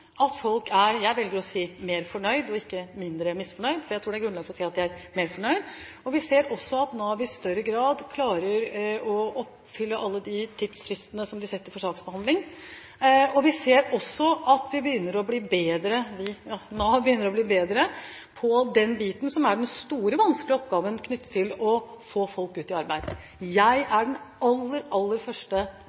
at folk er – jeg velger å si – mer fornøyd, ikke mindre misfornøyd, fordi jeg tror det er grunnlag for å si at de er mer fornøyde. Vi ser også at Nav i større grad klarer å holde alle de tidsfristene som de setter for saksbehandling. Vi ser også at Nav begynner å bli bedre når det gjelder den biten som er den store, vanskelige oppgaven knyttet til det å få folk ut i arbeid. Jeg er den aller, aller første